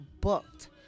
booked